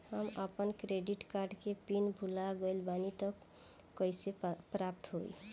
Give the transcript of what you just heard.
हम आपन credit card के पिन भुला गइल बानी त कइसे प्राप्त होई?